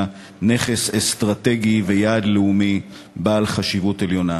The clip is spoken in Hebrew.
נכס אסטרטגי ויעד לאומי בעל חשיבות עליונה.